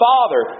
Father